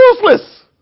useless